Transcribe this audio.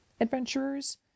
adventurers